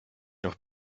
noch